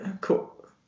Cool